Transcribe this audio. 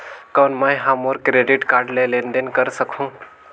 कौन मैं ह मोर क्रेडिट कारड ले लेनदेन कर सकहुं?